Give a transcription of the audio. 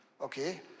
Okay